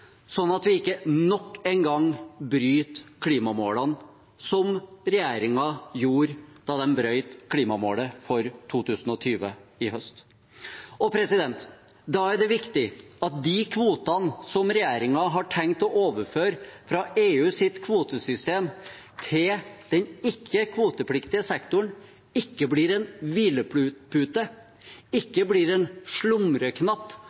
sånn at vi ikke nok en gang bryter klimamålene, som regjeringen gjorde da de brøt klimamålet for 2020 i høst. Da er det viktig at de kvotene regjeringen har tenkt å overføre fra EUs kvotesystem til den ikke-kvotepliktige sektoren, ikke blir en